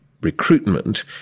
recruitment